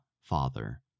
Father